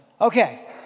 Okay